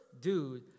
dude